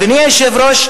אדוני היושב-ראש,